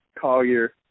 Collier